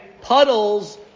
puddles